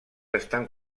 estan